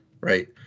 right